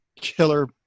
killer